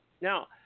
Now